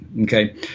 Okay